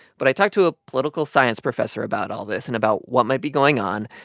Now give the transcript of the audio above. but i talked to a political science professor about all this and about what might be going on.